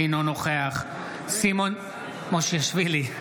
אינו נוכח סימון מושיאשוילי,